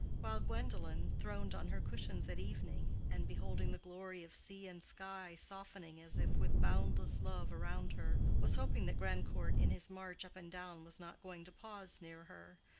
while gwendolen, throned on her cushions at evening, and beholding the glory of sea and sky softening as if with boundless love around her, was hoping that grandcourt in his march up and down was not going to pause near her,